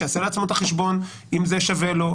שיעשה לעצמו את החשבון אם זה שווה לו,